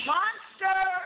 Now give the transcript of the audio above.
Monster